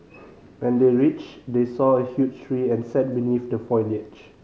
when they reached they saw a huge tree and sat beneath the foliage